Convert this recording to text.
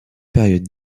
périodes